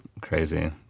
Crazy